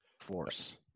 Force